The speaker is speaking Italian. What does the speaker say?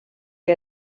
che